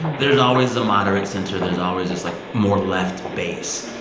there's always a moderate center. there's always just, like, more left base.